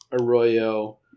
Arroyo –